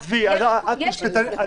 עזבי, את משפטנית.